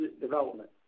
development